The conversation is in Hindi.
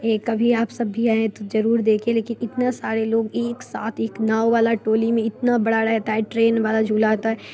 ए कभी आप सब भी आइए तो ज़रूर देखिए लेकिन इतने सारे लोग एक साथ एक नाँव वाली टोली में इतने बड़े रहते हैं ट्रेन वाला झूला आता है